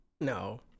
No